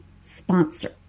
sponsor